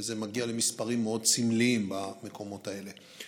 וזה מגיע למספרים סמליים במקומות האלה.